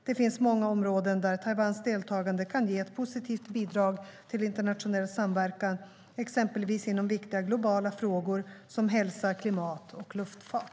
Det finns många områden där Taiwans deltagande kan ge ett positivt bidrag till internationell samverkan, exempelvis inom viktiga globala frågor, som hälsa, klimat och luftfart.